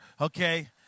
okay